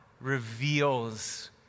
reveals